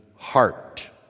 heart